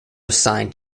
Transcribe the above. signed